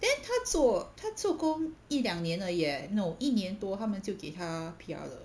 then 她做她做工一两年而已 leh no 一年多他们就给她 P_R 了